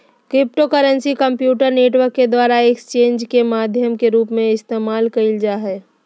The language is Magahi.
क्रिप्टोकरेंसी कम्प्यूटर नेटवर्क के द्वारा एक्सचेंजज के माध्यम के रूप में इस्तेमाल कइल जा हइ